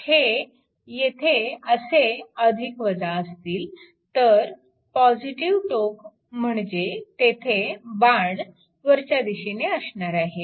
हे येथे असे असतील तर पॉजिटीव्ह टोक म्हणजे तेथे बाण वरच्या दिशेने असणार आहे